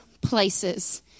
places